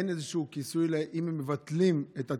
אין איזשהו כיסוי אם הם מבטלים את הטיסה.